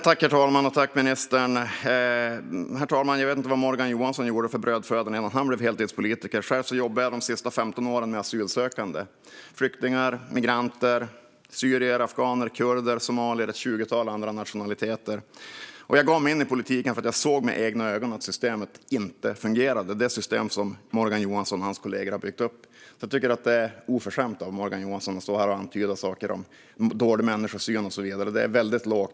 Herr talman! Jag vet inte vad Morgan Johansson gjorde för brödfödan innan han blev heltidspolitiker. Själv har jag jobbat de senaste 15 åren med asylsökande, flyktingar, migranter, syrier, afghaner, kurder, somalier och ett tjugotal andra nationaliteter. Jag gav mig in i politiken därför att jag såg med egna ögon att systemet inte fungerade - det system som Morgan Johansson och hans kollegor har byggt upp. Det är oförskämt av Morgan Johansson och stå här och antyda saker, till exempel dålig människosyn. Det är mycket lågt.